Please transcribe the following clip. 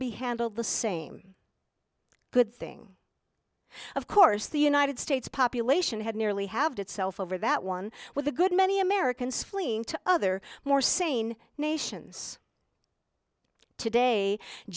be handled the same good thing of course the united states population had nearly have to itself over that one with a good many americans fleeing to other more sane nations today